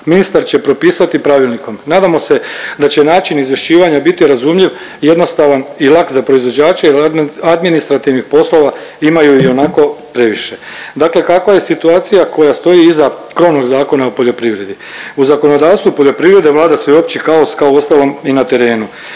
ministar će propisati Pravilnikom. Nadamo se da će način izvješćivanja biti razumljiv, jednostavan i lak za proizvođače jer administrativnih poslova imaju i onako previše. Dakle, kakve je situacija koja stoji iza krovnog Zakona o poljoprivredi? U zakonodavstvu poljoprivrede vlada sveopći kaos kao uostalom i na terenu.